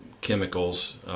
chemicals